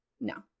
No